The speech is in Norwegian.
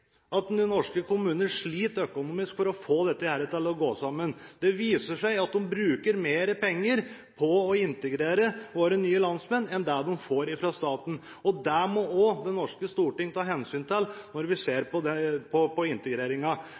kommuner sliter økonomisk for å få dette til å gå i hop. Det viser seg at de bruker mer penger på å integrere sine nye landsmenn enn det de får fra staten. Det må også Det norske storting ta hensyn til når vi ser på integreringen. Skal norske kommuner ha det